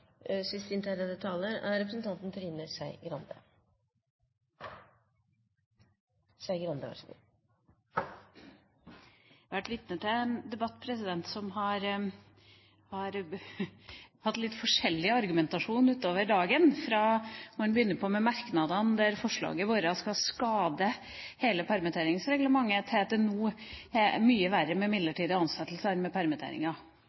har vært vitne til en debatt hvor det har vært litt forskjellig argumentasjon utover dagen – fra man begynner med merknadene hvor man sier at forslaget vårt vil «skade» hele permitteringsreglementet, til nå å si at det er mye verre med midlertidige ansettelser enn med